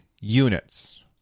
units